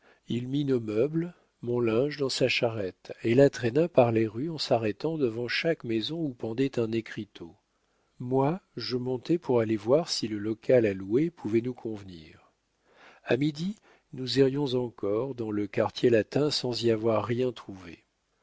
il mit nos meubles mon linge dans sa charrette et la traîna par les rues en s'arrêtant devant chaque maison où pendait un écriteau moi je montais pour aller voir si le local à louer pouvait nous convenir a midi nous errions encore dans le quartier latin sans y avoir rien trouvé